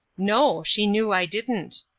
no she knew i didn't.